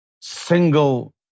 single